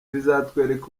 bizatwereka